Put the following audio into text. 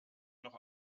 noch